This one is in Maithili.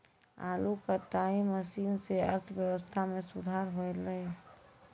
आलू कटाई मसीन सें अर्थव्यवस्था म सुधार हौलय